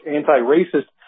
anti-racist